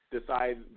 decide